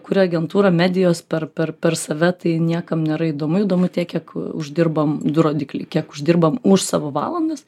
kuria agentūrą medijos per per per save tai niekam nėra įdomu įdomu tiek kiek uždirbam du rodikliai kiek uždirbam už savo valandas